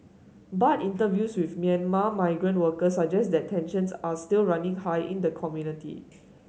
but interviews with Myanmar migrant workers suggest that tensions are still running high in the community